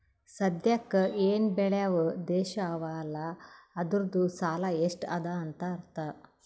ಸದ್ಯಾಕ್ ಎನ್ ಬೇಳ್ಯವ್ ದೇಶ್ ಅವಾ ಅಲ್ಲ ಅದೂರ್ದು ಸಾಲಾ ಎಷ್ಟ ಅದಾ ಅಂತ್ ಅರ್ಥಾ